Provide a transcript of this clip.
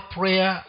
prayer